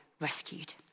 rescued